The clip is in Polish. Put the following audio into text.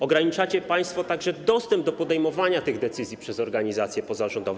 Ograniczacie państwo także dostęp do podejmowania tych decyzji przez organizacje pozarządowe.